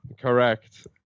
Correct